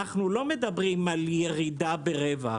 אנחנו לא מדברים על ירידה ברווח,